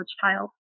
child